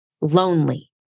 lonely